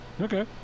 Okay